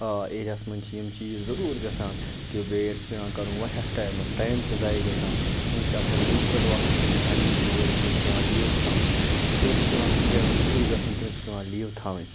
آ ایرِیاہس منٛز چھِ یِم چیٖز ضُروٗر گَژھان کہِ ویٹ چھُ پٮ۪وان کَرُن وارِہس ٹایمس ٹایم چھُ زایہِ گَژھان کٲنٛسہِ چھِ آسان ڈیوٗٹی پٮ۪ٹھ واتُن سُہ چھُنہٕ ہٮ۪کان ڈیوٗٹی وٲتِتھ تٔمِس چھِ پٮ۪وان لیٖو تھاوٕنۍ کٲنٛسہِ چھُ پٮ۪وان کُنہِ جایہِ مٔزورِ گَژھُن تٔمِس چھِ پٮ۪وان لیٖو تھاوٕنۍ